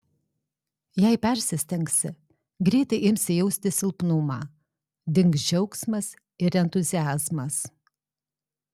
jei persistengsi greitai imsi jausti silpnumą dings džiaugsmas ir entuziazmas